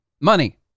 Money